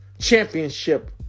championship